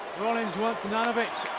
rollins wants none of it.